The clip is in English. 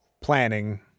planning